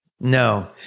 No